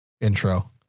Intro